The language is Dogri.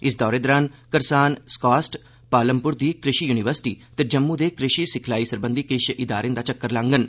इस दौरे दरान करसान सोकास्ट पालमप्र दी कृषि य्निवर्सटी ते जम्म् दे कृषि सिखलाई सरबंधी किश संस्थानें दा चक्कर लाडन